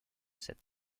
cette